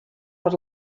per